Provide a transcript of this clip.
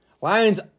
Lions